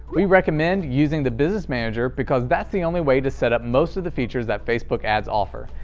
we recommend using the business manager because that's the only way to set up most of the features that facebook ads offer,